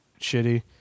shitty